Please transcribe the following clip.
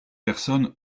personne